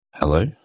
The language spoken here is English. Hello